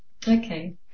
Okay